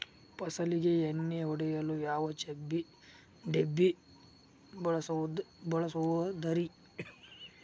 ಫಸಲಿಗೆ ಎಣ್ಣೆ ಹೊಡೆಯಲು ಯಾವ ಡಬ್ಬಿ ಬಳಸುವುದರಿ?